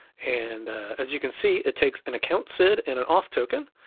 and as you can see, it takes an account sid, and an auth token,